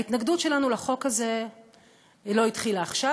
ההתנגדות שלנו לחוק הזה לא התחילה עכשיו,